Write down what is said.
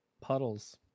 Puddles